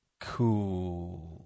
Cool